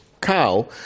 cow